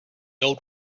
old